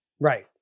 Right